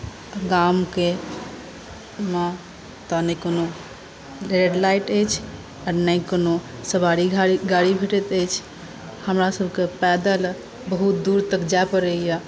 गामके मे तऽ नहि कोनो रेडलाइट अछि आ नहि कोनो सवारी गाड़ी भेटैत अछि हमरासभकेँ पैदल बहुत दूर तक जाए पड़ैए